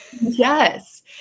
Yes